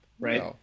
right